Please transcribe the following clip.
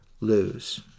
lose